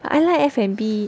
but I like F&B